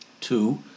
Two